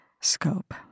scope